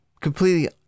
completely